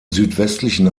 südwestlichen